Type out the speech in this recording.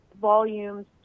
volumes